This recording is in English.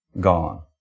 gone